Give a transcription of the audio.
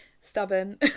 stubborn